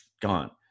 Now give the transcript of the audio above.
gone